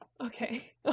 Okay